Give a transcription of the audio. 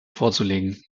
vorzulegen